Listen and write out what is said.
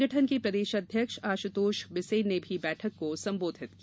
संगठन के प्रदेश अध्यक्ष आसुतोष विसेन ने भी बैठक को संबोधित किया